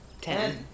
Ten